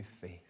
faith